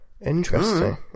Interesting